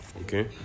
Okay